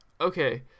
Okay